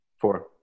Four